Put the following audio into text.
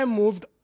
moved